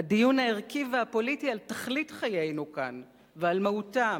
הדיון הערכי והפוליטי על תכלית חיינו כאן ועל מהותם,